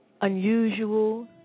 Unusual